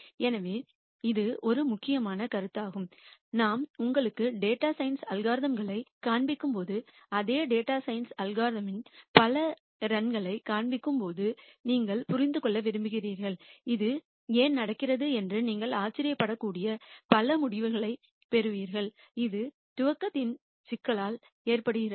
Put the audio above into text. எனவே இது ஒரு முக்கியமான கருத்தாகும் நாம் உங்களுக்கு டேட்டா சயின்ஸ் அல்காரிதம்களை அல்காரிதம்களை காண்பிக்கும் போது அதே டேட்டா சயின்ஸ் அல்காரிதமின் பல ரன்களைக் காண்பிக்கும் போது நீங்கள் புரிந்து கொள்ள விரும்புகிறீர்கள் அது ஏன் நடக்கிறது என்று நீங்கள் ஆச்சரியப்படக்கூடிய பல முடிவுகளைப் பெறுவீர்கள் இது துவக்கத்தின் சிக்கலால் ஏற்படுகிறது